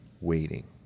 waiting